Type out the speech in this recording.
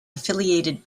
affiliated